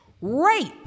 Rape